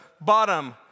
bottom